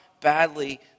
badly